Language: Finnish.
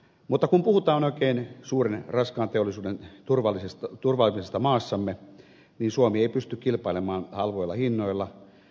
mutta kun puhutaan oikein suuren raskaan teollisuuden turvaamisesta maassamme niin suomi ei pysty kilpailemaan halvoilla hinnoilla